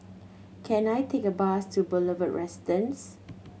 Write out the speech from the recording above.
can I take a bus to Boulevard Residence